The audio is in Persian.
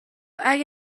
اگه